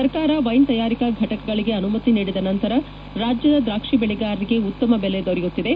ಸರ್ಕಾರ ವೈನ್ ತಯಾರಿಕಾ ಫಟಕಗಳಿಗೆ ಅನುಮತಿ ನೀಡಿದ ನಂತರ ರಾಜ್ಯದ ದ್ರಾಕ್ಷಿ ಬೆಳೆಗಾರರಿಗೆ ಉತ್ತಮ ಬೆಲೆ ದೊರೆಯುತ್ತಿದೆ